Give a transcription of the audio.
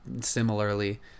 similarly